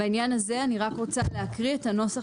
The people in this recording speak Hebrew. בעניין הזה אני רוצה להקריא את הנוסח